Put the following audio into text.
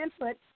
input